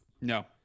No